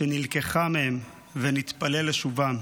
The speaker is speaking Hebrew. שנלקחה מהם, ונתפלל לשובם.